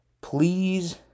Please